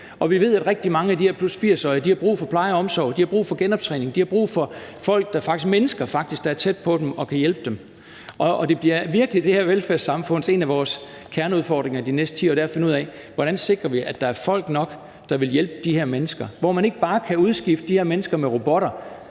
og vi ved, at rigtig mange af de her 80+-årige har brug for pleje og omsorg, de har brug for genoptræning, og de har brug for, at der faktisk er mennesker tæt på dem og kan hjælpe dem. Og det bliver virkelig en af vores kerneudfordringer de næste 10 år i det her velfærdssamfund, altså at finde ud af: Hvordan sikrer vi, at der er folk nok, der vil hjælpe de her mennesker? Og man kan ikke bare udskifte de her mennesker med robotter.